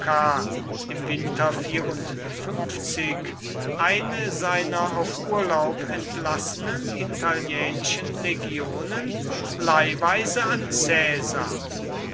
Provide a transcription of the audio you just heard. im winter eine seiner auf urlaub entlassenen italienischen legionen leihweise an